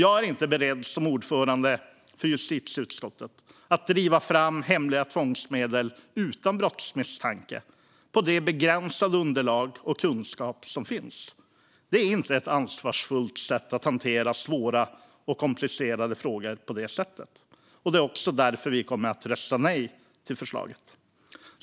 Jag är inte beredd att som ordförande för justitieutskottet driva fram hemliga tvångsmedel utan brottsmisstanke på det begränsade underlag och den begränsade kunskap som finns. Det är inte ansvarsfullt att hantera svåra och komplicerade frågor på det sättet. Det är också därför vi kommer att rösta nej till förslaget.